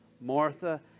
Martha